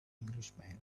englishman